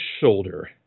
shoulder